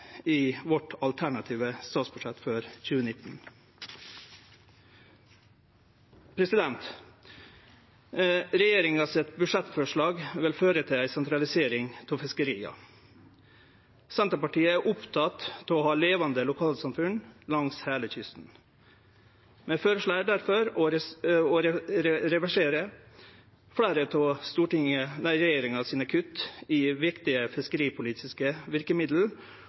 i vårt alternative statsbudsjett for 2019. Regjeringas budsjettforslag vil føre til ei sentralisering av fiskeria. Senterpartiet er oppteke av å ha levande lokalsamfunn langs heile kysten. Vi føreslår difor å reversere fleire av kutta frå regjeringa i viktige fiskeripolitiske verkemiddel